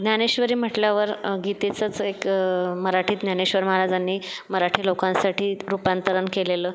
ज्ञानेश्वरी म्हटल्यावर गीतेचंच एक मराठीत ज्ञानेश्वर महाराजांनी मराठी लोकांसाठी रूपांतरण केलेलं